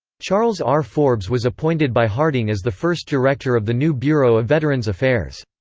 charles r. forbes was appointed by harding as the first director of the new bureau of veterans affairs.